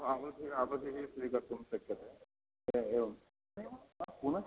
अवधिः अवधिः स्वीकर्तुं शक्यते एवम् एवं पुनः